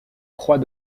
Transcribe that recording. croix